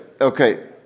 okay